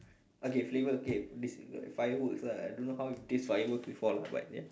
okay flavour okay this fireworks lah don't know how you taste fireworks before lah but ya